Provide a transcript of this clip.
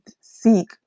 seek